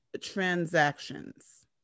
transactions